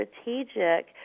strategic